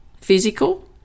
physical